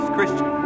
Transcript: Christian